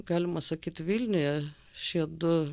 galima sakyt vilniuje šie du